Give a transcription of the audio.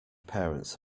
parents